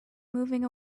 moving